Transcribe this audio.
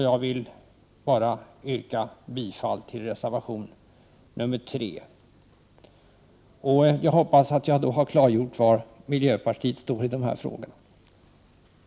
Jag yrkar bifall till reservation nr 4. Jag hoppas att jag härigenom har klargjort var mijöpartiet står när det gäller dessa frågor.